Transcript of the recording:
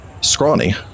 scrawny